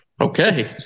Okay